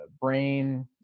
brain